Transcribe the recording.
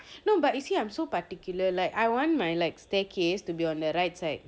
no but you see I'm so particular like I want my like staircase to be on the right side